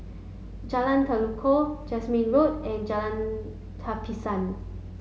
Jalan Tekukor Jasmine Road and Jalan Tapisan